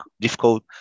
difficult